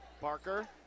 Parker